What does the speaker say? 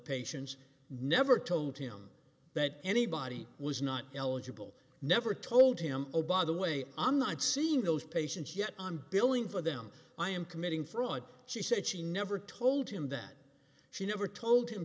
patients never told him that anybody was not eligible never told him oh by the way i'm not seeing those patients yet on billing for them i am committing fraud she said she never told him that she never told him